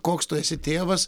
koks tu esi tėvas